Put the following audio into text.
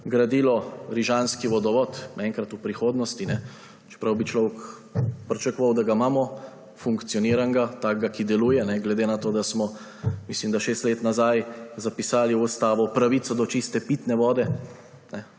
gradil rižanski vodovod, enkrat v prihodnosti, čeprav bi človek pričakoval, da imamo takega, ki deluje, glede na to, da smo, mislim da šest let nazaj, zapisali v ustavo pravico do čiste pitne vode.